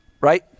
right